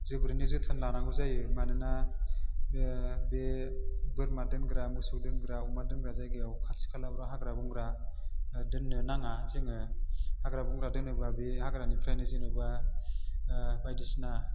जोबोरैनो जोथोन लनांगौ जायो मानोना बे बोरमा दोनग्रा मोसौ दोनग्रा अमा दोनग्रा जायगायाव खाथि खालाफ्राव हाग्रा बंग्रा दोननो नाङा जोङो हाग्रा बंग्रा दोनोबा बे हाग्रानिफ्रायनो जेन'बा बायदिसिना